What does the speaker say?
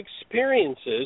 experiences